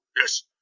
Yes